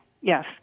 yes